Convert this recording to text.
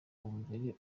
umubiri